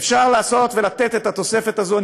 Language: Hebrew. אפשר לתת את התוספת הזאת.